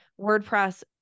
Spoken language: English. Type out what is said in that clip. WordPress